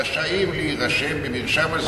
רשאים להירשם במרשם,